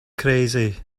crazy